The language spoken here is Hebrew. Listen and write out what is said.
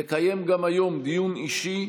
נקיים גם היום דיון אישי,